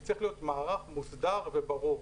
זה צריך להיות מערך מוסדר וברור.